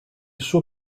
suo